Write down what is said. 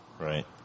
Right